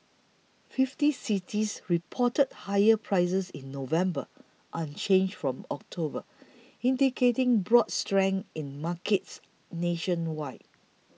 fifty cities reported higher prices in November unchanged from October indicating broad strength in markets nationwide